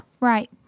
Right